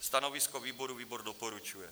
Stanovisko výboru: výbor doporučuje.